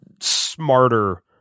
smarter